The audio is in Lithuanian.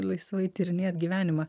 laisvai tyrinėt gyvenimą